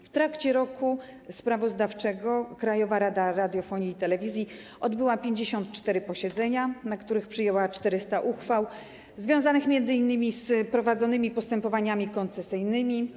W trakcie roku sprawozdawczego Krajowa Rada Radiofonii i Telewizji odbyła 54 posiedzenia, na których przyjęła 400 uchwał, związanych m.in. z prowadzonymi postępowaniami koncesyjnymi.